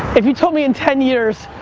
if you told me in ten years,